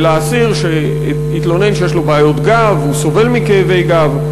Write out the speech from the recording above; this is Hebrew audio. שהאסיר התלונן שיש לו בעיות גב והוא סובל מכאבי גב.